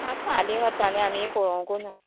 आतां आली वर्सांनी आमी पळोवंकू ना